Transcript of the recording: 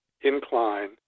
incline